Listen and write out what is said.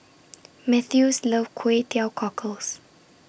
Mathews loves Kway Teow Cockles